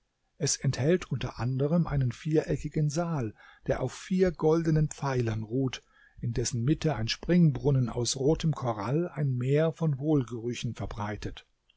es enthält unter anderem einen viereckigen saal der auf vier goldenen pfeilern ruht in dessen mitte ein springbrunnen aus rotem korall ein meer von wohlgerüchen verbreitet